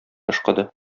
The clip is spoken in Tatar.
ышкыды